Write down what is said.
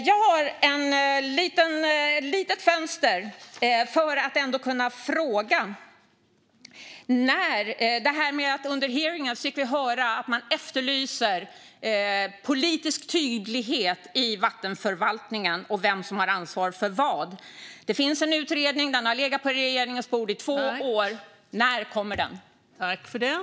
Jag har ett litet fönster för att ändå ställa en fråga. Under hearingen fick vi höra att man efterlyser politisk tydlighet i vattenförvaltningen och i vem som har ansvar för vad. Det finns en utredning som har legat på regeringens bord i två år. När kommer den?